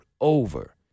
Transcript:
over